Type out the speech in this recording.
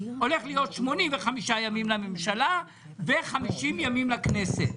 הולכים להיות 85 ימים לממשלה ו-50 ימים לכנסת.